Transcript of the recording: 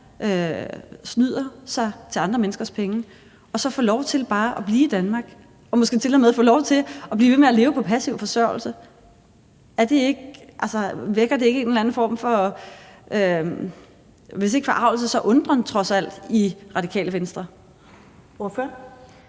snyder sig til andre menneskers penge, og så få lov til bare at blive i Danmark og måske til og med få lov til at blive ved med at leve på passiv forsørgelse, vækker det ikke en eller anden form for, hvis ikke forargelse så trods alt undren i Radikale Venstre? Kl.